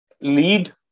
Lead